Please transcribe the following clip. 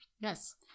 Yes